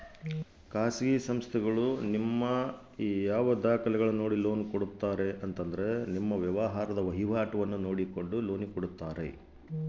ಖಾಸಗಿ ಸಂಸ್ಥೆಗಳು ನಮ್ಮ ಯಾವ ಯಾವ ದಾಖಲೆಗಳನ್ನು ನೋಡಿ ಲೋನ್ ಸೌಲಭ್ಯ ಕೊಡ್ತಾರೆ?